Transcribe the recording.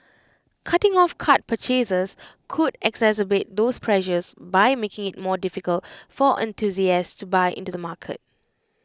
cutting off card purchases could exacerbate those pressures by making IT more difficult for enthusiasts to buy into the market